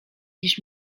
niż